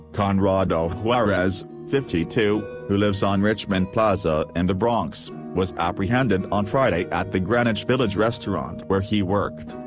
conrado juarez, fifty two, who lives on richmond plaza in and the bronx, was apprehended on friday at the greenwich village restaurant where he worked,